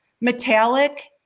metallic